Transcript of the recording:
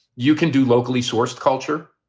you can do locally sourced culture.